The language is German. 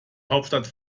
hauptstadt